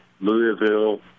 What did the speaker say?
louisville